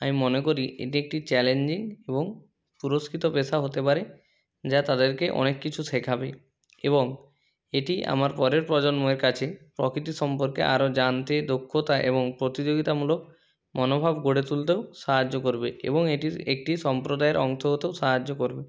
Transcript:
আমি মনে করি এটি একটি চ্যালেঞ্জিং এবং পুরস্কৃত পেশা হতে পারে যা তাদেরকে অনেক কিছু শেখাবে এবং এটি আমার পরের প্রজন্মের কাছে প্রকৃতি সম্পর্কে আরও জানতে দক্ষতা এবং প্রতিযোগিতামূলক মনোভাব গড়ে তুলতেও সাহায্য করবে এবং এটির একটি সম্প্রদায়ের অংশ হতেও সাহায্য করবে